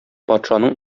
патшаның